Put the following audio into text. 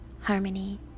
harmony